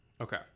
Okay